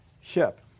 Ship